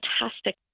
fantastic